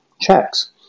checks